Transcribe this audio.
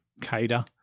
cater